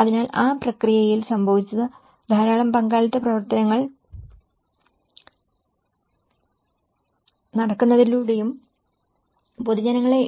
അതിനാൽ ആ പ്രക്രിയയിൽ സംഭവിച്ചത് ധാരാളം പങ്കാളിത്ത പ്രവർത്തനങ്ങൾ നടക്കുന്നതിനാലും പൊതുജനങ്ങളെ